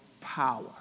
Power